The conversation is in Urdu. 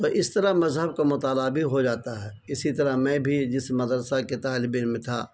تو اس طرح مذہب کا مطالع بھی ہو جاتا ہے اسی طرح میں بھی جس مدرسہ کے طالب علم تھا